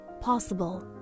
possible